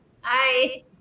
Hi